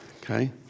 Okay